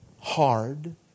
hard